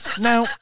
Now